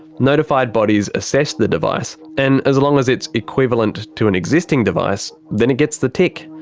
notified bodies assess the device and as long as it's equivalent to an existing device then it gets the tick.